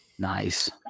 Nice